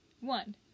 One